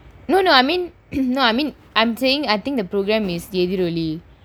I mean no I mean I'm saying I think the programme is slowly